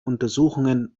untersuchungen